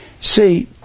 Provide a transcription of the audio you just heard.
See